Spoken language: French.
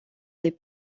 les